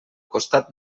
costat